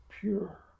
pure